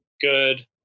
good